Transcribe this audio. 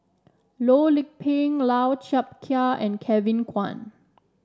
Loh Lik Peng Lau Chiap Khai and Kevin Kwan